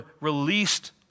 released